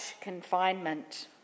confinement